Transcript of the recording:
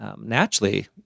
naturally